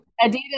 Adidas